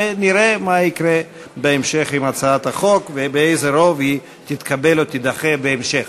ונראה מה יקרה בהמשך עם הצעת החוק ובאיזה רוב היא תתקבל או תידחה בהמשך.